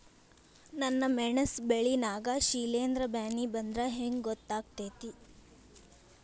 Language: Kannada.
ನನ್ ಮೆಣಸ್ ಬೆಳಿ ನಾಗ ಶಿಲೇಂಧ್ರ ಬ್ಯಾನಿ ಬಂದ್ರ ಹೆಂಗ್ ಗೋತಾಗ್ತೆತಿ?